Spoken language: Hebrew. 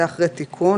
זה אחרי תיקון,